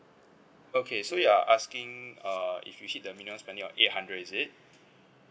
okay so you're asking uh if you hit the minimum spending of eight hundred is it